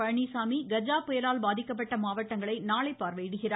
பழனிச்சாமி கஜா புயலால் பாதிக்கப்பட்ட மாவட்டங்களை நாளை பார்வையிடுகிறார்